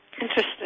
Interesting